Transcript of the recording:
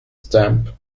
stamp